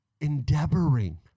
endeavoring